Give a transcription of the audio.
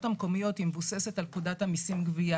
המקומיות מבוססת על פקודת המיסים (גבייה).